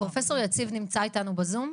פרופ' יציב נמצא איתנו בזום?